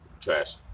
trash